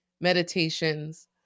meditations